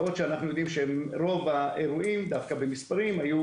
בעוד שאנחנו יודעים שרוב האירועים במספרים היו